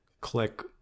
click